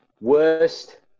Worst